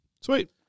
sweet